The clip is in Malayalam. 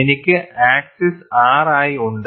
എനിക്ക് ആക്സിസ് r ആയി ഉണ്ട്